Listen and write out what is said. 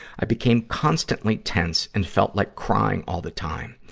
i became constantly tense and felt like crying all the time.